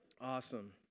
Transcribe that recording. Awesome